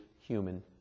human